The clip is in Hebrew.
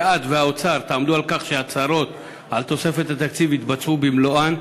שאת והאוצר תעמדו על כך שההצהרות על תוספת התקציב יתבצעו במלואן.